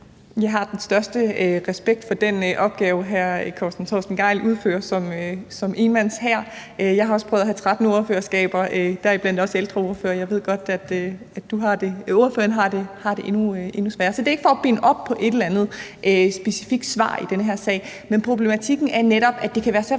Jeg har den største respekt for den opgave, hr. Torsten Gejl udfører som enmandshær. Jeg har prøvet at have 13 ordførerskaber, deriblandt også ældreordfører, så jeg ved godt, at ordføreren har det endnu sværere. Så det er ikke for at binde ordføreren op på et eller andet specifikt svar i den her sag. Men problematikken er netop, at det så